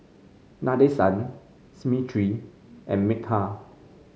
Nadesan Smriti and Milkha